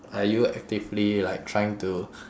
are you actively like trying to